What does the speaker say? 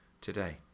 today